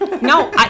No